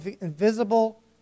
invisible